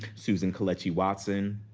susan kelechi watson.